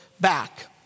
back